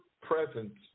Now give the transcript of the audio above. presence